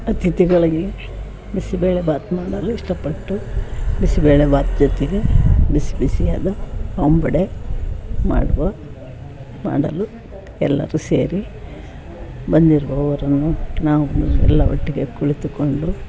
ಅತಿಥಿಗಳಿಗೆ ಬಿಸಿಬೇಳೆಭಾತು ಮಾಡಲು ಇಷ್ಟಪಟ್ಟು ಬಿಸಿಬೇಳೆಭಾತು ಜೊತೆಗೆ ಬಿಸಿ ಬಿಸಿಯಾದ ಅಂಬೊಡೆ ಮಾಡುವ ಮಾಡಲು ಎಲ್ಲರೂ ಸೇರಿ ಬಂದಿರುವವರನ್ನು ನಾವು ಎಲ್ಲ ಒಟ್ಟಿಗೆ ಕುಳಿತುಕೊಂಡು